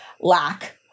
lack